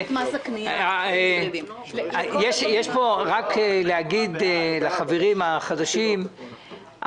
אני רק רוצה להגיד לחברים החדשים,